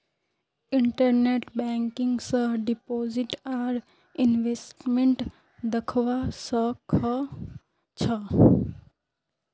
internet banking स deposit आर investment दख्वा स ख छ